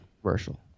Commercial